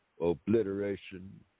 obliteration